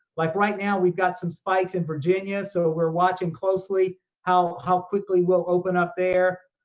like right now we've got some spikes in virginia. so we're watching closely how how quickly we'll open up there.